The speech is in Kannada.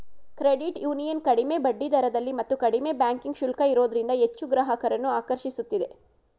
ಕ್ರೆಡಿಟ್ ಯೂನಿಯನ್ ಕಡಿಮೆ ಬಡ್ಡಿದರದಲ್ಲಿ ಮತ್ತು ಕಡಿಮೆ ಬ್ಯಾಂಕಿಂಗ್ ಶುಲ್ಕ ಇರೋದ್ರಿಂದ ಹೆಚ್ಚು ಗ್ರಾಹಕರನ್ನು ಆಕರ್ಷಿಸುತ್ತಿದೆ